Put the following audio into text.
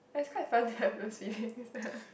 but it's quite funny right to see this